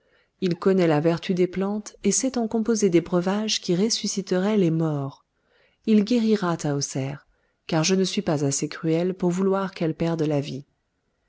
il connaît la vertu des plantes et sait en composer des breuvages qui ressusciteraient les morts il guérira tahoser car je ne suis pas assez cruelle pour vouloir qu'elle perde la vie